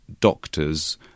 doctors